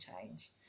change